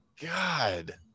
god